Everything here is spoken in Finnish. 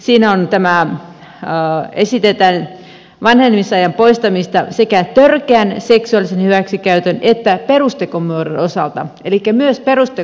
siinä esitetään vanhenemisajan poistamista sekä törkeän seksuaalisen hyväksikäytön että perustekomuodon osalta elikkä myös perustekomuodon osalta